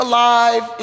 Alive